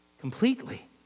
completely